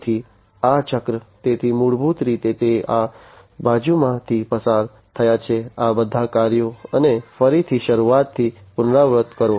તેથી આ ચક્ર તેથી મૂળભૂત રીતે તે આ બાજુમાંથી પસાર થાય છે આ બધા કાર્યો અને ફરીથી શરૂઆતથી પુનરાવર્તન કરો